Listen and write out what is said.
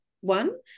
one